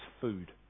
food